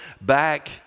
back